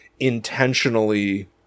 Intentionally